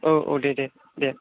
औ औ दे दे दे